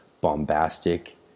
bombastic